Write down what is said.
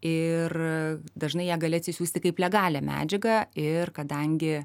ir dažnai ją gali atsisiųsti kaip legalią medžiagą ir kadangi